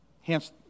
Hence